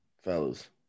Fellas